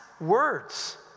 words